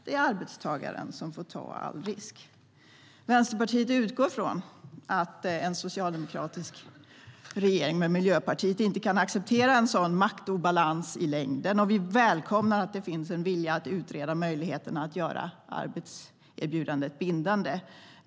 Det är arbetstagaren som får ta alla risker. Vänsterpartiet utgår från att en socialdemokratisk regering med Miljöpartiet inte kan acceptera en sådan maktobalans i längden. Vi välkomnar att det finns en vilja att utreda möjligheterna att göra arbetserbjudandet bindande.